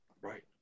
Right